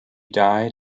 died